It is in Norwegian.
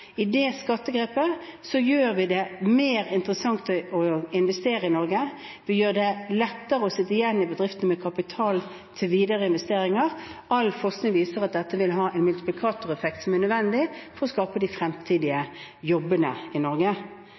I det skattegrepet gjør vi det mer interessant å investere i Norge, vi gjør det lettere å sitte igjen med kapital til videre investeringer i bedriftene. All forskning viser at dette vil ha en multiplikatoreffekt, som er nødvendig for å skape de fremtidige jobbene i Norge.